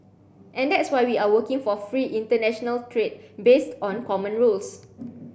and that's why we are working for free international trade based on common rules